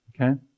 Okay